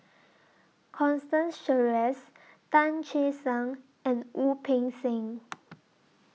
Constance Sheares Tan Che Sang and Wu Peng Seng